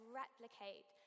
replicate